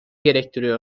gerektiriyor